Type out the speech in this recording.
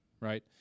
right